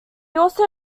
also